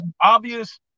obvious